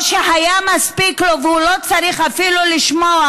או שהספיק לו והוא לא צריך אפילו לשמוע